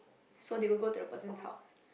so they will go to the person's house